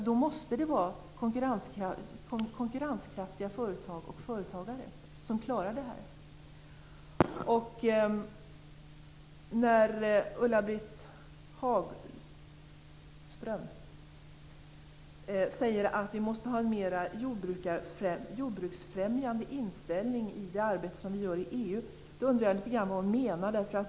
Då måste det finnas konkurrenskraftiga företag och företagare som klarar detta. Ulla-Britt Hagström säger att vi måste ha en mer jordbruksfrämjande inställning i det arbete som vi gör i EU. Då undrar jag lite grann vad hon menar.